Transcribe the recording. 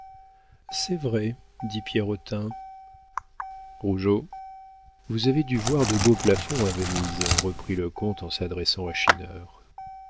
c'est vrai fit pierrotin xi xi rougeot vous avez dû voir de beaux plafonds à venise reprit le comte en s'adressant à